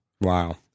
Wow